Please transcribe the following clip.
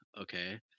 okay